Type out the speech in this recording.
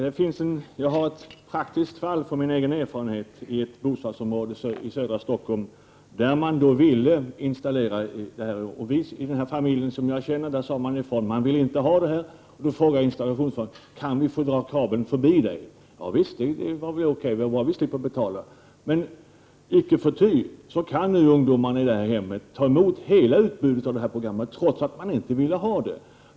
Herr talman! Jag har erfarenhet av ett praktiskt fall i ett bostadsområde i södra Stockholm där kabel-TV skulle installeras. Den familj som jag känner ville inte ha kabel-TV och sade ifrån, och då frågade installationsföretaget om kabeln kunde dras förbi deras lägenhet. Ja, man tyckte att det var okej, bara man slapp betala. Men icke förty kan nu ungdomarna i detta hem ta emot hela utbudet av program, trots att familjen inte ville ha det.